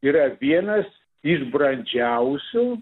yra vienas iš brandžiausių